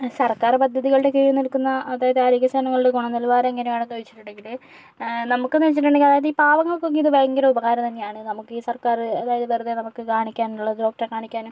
സർക്കാർ പദ്ധതികളുടെ കീഴിൽ നിൽക്കുന്ന അതായത് ആരോഗ്യ സേവനങ്ങളുടെ ഗുണ നിലവാരം എങ്ങനെയാണെണ് ചോദിച്ചിട്ടുണ്ടെങ്കില് നമുക്കെന്ന് വച്ചിട്ടുണ്ടെങ്കില് അതായത് ഈ പാവങ്ങക്കൊക്കെ ഇത് ഭയങ്കര ഉപകാരം തന്നെയാണ് നമുക്ക് ഈ സർക്കാർ അതായത് വെറുതെ നമുക്ക് കാണിക്കാനുള്ള ഡോക്ടറെ കാണിക്കാനും